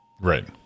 right